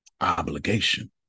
obligation